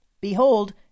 Behold